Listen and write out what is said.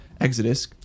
Exodus